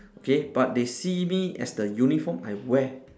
okay but they see me as the uniform I wear